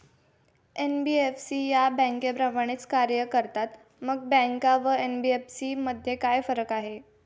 NBFC या बँकांप्रमाणेच कार्य करतात, मग बँका व एन.बी.एफ.सी मध्ये काय फरक आहे?